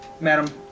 madam